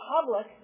public